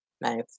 Nice